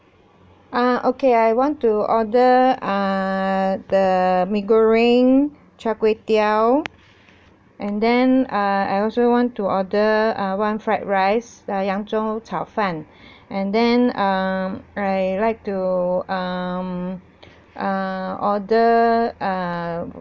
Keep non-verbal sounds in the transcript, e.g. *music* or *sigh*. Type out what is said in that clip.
ah okay I want to order err the mee goreng char kway teow and then uh I also want to order uh one fried rice uh 扬州炒饭 *breath* and then um I like to um *breath* err order err